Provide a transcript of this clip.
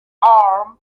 arm